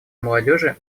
молодежи